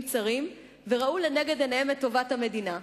צרים וראו לנגד עיניהם את טובת המדינה,